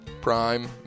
Prime